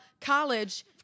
College